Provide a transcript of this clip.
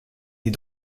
des